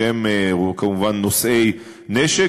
שהם כמובן נושאי נשק,